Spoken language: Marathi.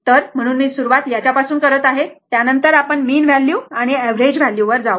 तर म्हणून मी सुरुवात याच्या पासून करत आहे त्यानंतर आपण मीन व्हॅल्यू आणि एव्हेरेज व्हॅल्यू वर जाऊ